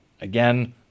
again